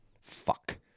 fuck